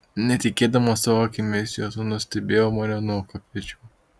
netikėdamas savo akimis jo sūnus stebėjo mane nuo kopėčių